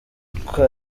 uko